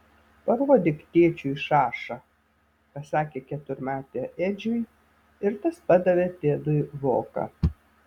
parodyk tėčiui šašą pasakė keturmetė edžiui ir tas padavė tedui voką